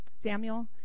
Samuel